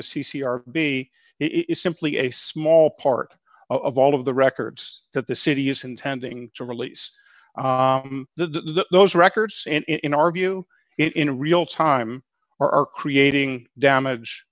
the c c r be it is simply a small part of all of the records that the city is intending to release the those records in our view in real time or are creating damage